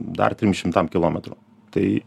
dar trim šimtam kilometrų tai